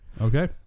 Okay